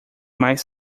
mais